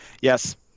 Yes